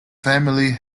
family